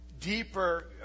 deeper